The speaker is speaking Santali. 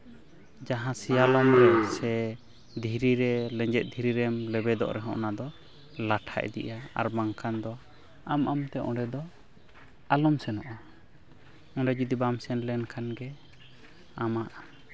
ᱡᱟᱦᱟᱸ ᱥᱤᱭᱟᱞᱚᱢ ᱥᱮ ᱫᱷᱤᱨᱤ ᱨᱮ ᱞᱮᱧᱡᱮᱫ ᱫᱷᱤᱨᱤ ᱨᱮᱢ ᱞᱮᱵᱮᱫᱚᱜ ᱨᱮᱦᱚᱸ ᱚᱱᱟᱫᱚ ᱞᱟᱴᱷᱟ ᱤᱫᱤᱜᱼᱟ ᱟᱨ ᱵᱟᱝᱠᱷᱟᱱ ᱫᱚ ᱟᱢ ᱟᱢ ᱛᱮ ᱚᱸᱰᱮ ᱫᱚ ᱟᱞᱚᱢ ᱥᱮᱱᱚᱜᱼᱟ ᱚᱸᱰᱮ ᱡᱩᱫᱤ ᱵᱟᱢ ᱥᱮᱱ ᱞᱮᱱᱠᱷᱟᱱ ᱜᱮ ᱟᱢᱟᱜ